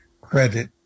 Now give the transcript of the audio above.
credit